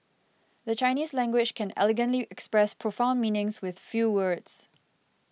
the Chinese language can elegantly express profound meanings with few words